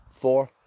four